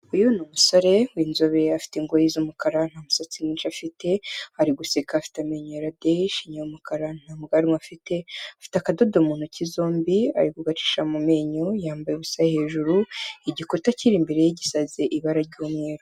Uyu ni umusore w'inzobere afite ingohi z'umukara nta musatsi mwinshi afite, ari guseka afite amenyo yera de, ishinya y'umukara, nta bwanwa afite, afite akadodo mu ntoki zombi ari kugacisha mu menyo, yambaye ubusa hejuru, igikuta kiri imbere ye gisize ibara ry'umweru.